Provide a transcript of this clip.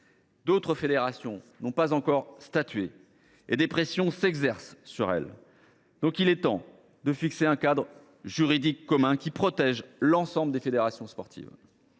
D’autres n’ont pas encore statué, mais des pressions s’exercent sur elles. Il est donc temps de fixer un cadre juridique commun qui protège l’ensemble des fédérations sportives.